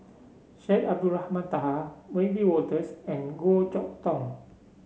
Syed Abdulrahman Taha Wiebe Wolters and Goh Chok Tong